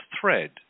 thread